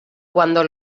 cuando